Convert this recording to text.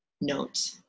note